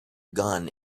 gun